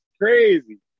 Crazy